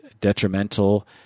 detrimental